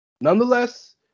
Nonetheless